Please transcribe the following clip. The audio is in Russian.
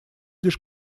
лишь